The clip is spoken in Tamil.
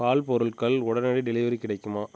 பால் பொருட்கள் உடனடி டெலிவரி கிடைக்குமா